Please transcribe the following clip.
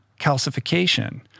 calcification